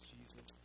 Jesus